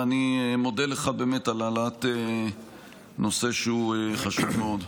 ואני באמת מודה לך על העלאת נושא חשוב מאוד.